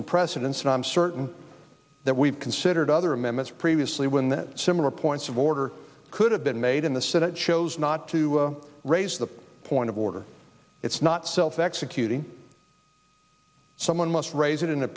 and precedents and i'm certain that we've considered other amendments previously when similar points of order could have been made in the senate chose not to raise the point of order it's not self executing someone must raise it